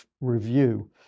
Review